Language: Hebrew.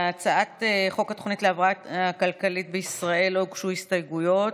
להצעת חוק התוכנית להבראה כלכלית בישראל לא הוגשו הסתייגויות.